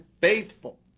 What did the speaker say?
faithful